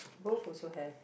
both also have